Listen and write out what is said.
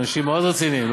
אנשים מאוד רציניים.